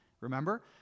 remember